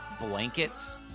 blankets